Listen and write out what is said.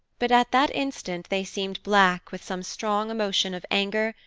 but at that instant they seemed black with some strong emotion of anger,